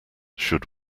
should